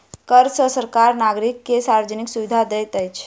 कर सॅ सरकार नागरिक के सार्वजानिक सुविधा दैत अछि